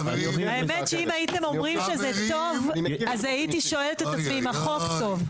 למה שם זו לא בעיה ופה זו בעיה?